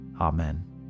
amen